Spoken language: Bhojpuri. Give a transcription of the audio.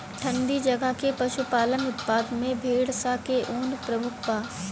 ठंडी जगह के पशुपालन उत्पाद में भेड़ स के ऊन प्रमुख बा